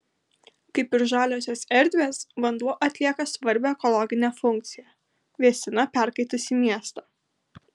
kaip ir žaliosios erdvės vanduo atlieka svarbią ekologinę funkciją vėsina perkaitusį miestą